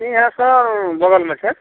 इहाँ सब बगलमे छै